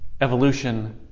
evolution